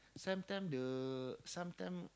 sometime the sometime